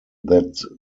that